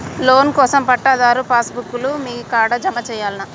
Loan కోసం పట్టాదారు pass book లు మీ కాడా జమ చేయల్నా?